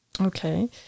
Okay